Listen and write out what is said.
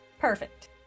Perfect